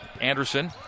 Anderson